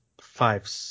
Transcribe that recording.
five